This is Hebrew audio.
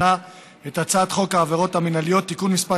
חוק העבירות המינהליות (תיקון מס'